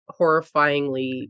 horrifyingly